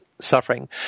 suffering